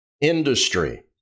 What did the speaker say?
Industry